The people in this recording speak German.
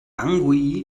bangui